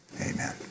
Amen